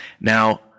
Now